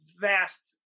vast